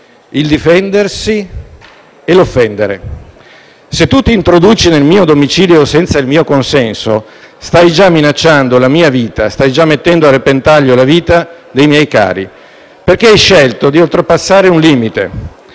difendersi e offendere. Se qualcuno si introduce nel mio domicilio senza il mio consenso, sta già minacciando la mia vita e mettendo a repentaglio quella dei miei cari, perché ha scelto di oltrepassare un limite,